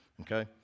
okay